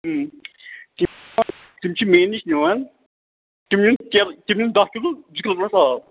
تِم چھِ مےٚ نِش نِوان تِم نِنۍ تِم نِنۍ دَہ کِلوٗ زٕ کِلوٗ آب